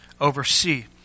oversee